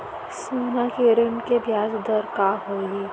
सोना के ऋण के ब्याज दर का होही?